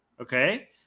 Okay